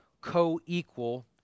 co-equal